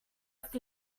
trust